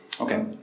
Okay